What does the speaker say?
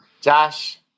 Josh